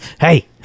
Hey